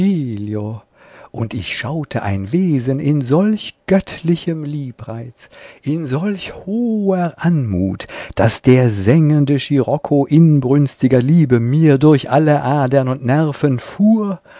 und ich schaute ein wesen in solch göttlichem liebreiz in solch hoher anmut daß der sengende schirokko inbrünstiger liebe mir durch alle adern und nerven fuhr